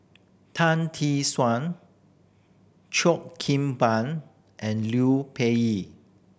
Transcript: Tan Tee Suan Cheo Kim Ban and Liu